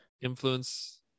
influence